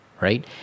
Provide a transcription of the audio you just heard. right